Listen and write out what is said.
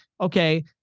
okay